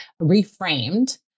reframed